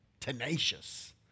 Tenacious